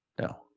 No